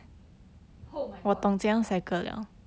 oh my god